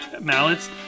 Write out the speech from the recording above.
mallets